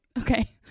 okay